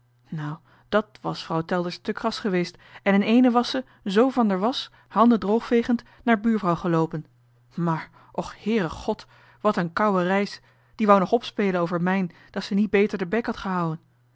nou dàt was vrouw telders te kras geweest en in eene was ze zoo van d'er wasch handen droogvegend naar buurvrouw geloopen m'ar och heere got wat e'n kouwe reis die wou nog opspelen over mijn dat ze nie beter d'er bek had gehou'en